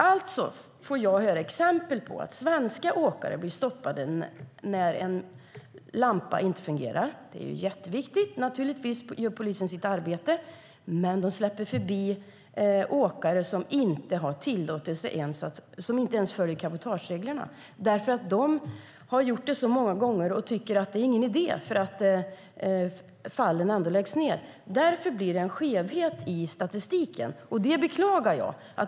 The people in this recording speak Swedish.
Alltså får jag höra exempel på att svenska åkare blir stoppade när en lampa inte fungerar - och det är jätteviktigt; naturligtvis gör polisen sitt arbete - men att åkare som inte ens följer cabotagereglerna släpps förbi. Polisen har nämligen stoppat dem så många gånger att de tycker att det inte är någon idé, eftersom fallen ändå läggs ned. Därför blir det en skevhet i statistiken, och det beklagar jag.